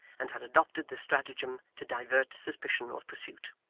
and had adopted this stratagem to divert suspicion or pursuit.